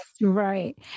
Right